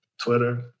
Twitter